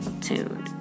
tuned